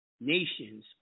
nations